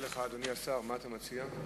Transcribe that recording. מה אתה מציע?